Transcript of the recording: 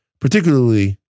Particularly